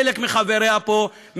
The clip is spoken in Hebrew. חלק מחבריה פה,